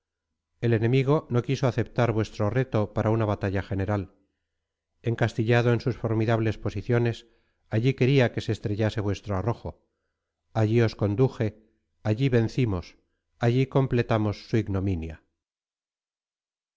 el enemigo no quiso aceptar vuestro reto para una batalla general encastillado en sus formidables posiciones allí quería que se estrellase vuestro arrojo allí os conduje allí vencimos allí completamos su ignominia